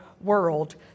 world